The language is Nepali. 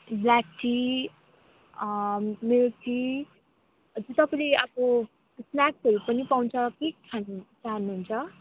ब्ल्याक टी मिल्क टी तपाईँले अब स्न्याक्सहरू पनि पाउँछ के खानु चाहनुहुन्छ